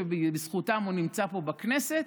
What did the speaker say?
שבזכותם הוא נמצא פה בכנסת.